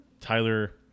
Tyler